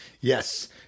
yes